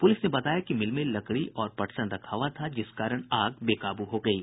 police ने बताया कि मिल में लकड़ी और पटसन रखा हुआ था जिस कारण आग बेकाब् हो गयी